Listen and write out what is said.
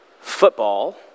football